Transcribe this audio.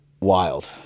wild